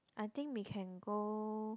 I think we can go